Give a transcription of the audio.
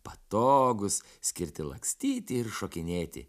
patogūs skirti lakstyti ir šokinėti